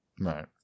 Right